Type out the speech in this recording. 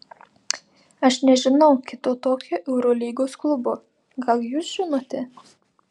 aš nežinau kito tokio eurolygos klubo gal jūs žinote